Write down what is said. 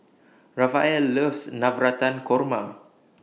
Rafael loves Navratan Korma